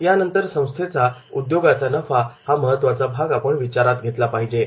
त्यानंतर संस्थेचा उद्योगाचा नफा हा महत्त्वाचा भाग आपण विचारात घेतला पाहिजे